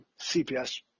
CPS